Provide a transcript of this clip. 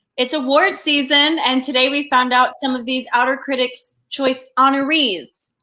it's award season and today, we found out some of these outer critics choice honorees.